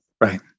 Right